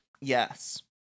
Yes